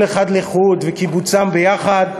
כל אחד לחוד וקיבוצם ביחד,